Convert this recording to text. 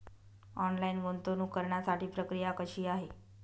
Online गुंतवणूक करण्यासाठी प्रक्रिया कशी आहे?